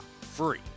free